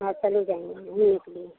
हाँ चले जाऍंगे घूमने के लिए